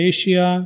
Asia